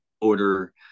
order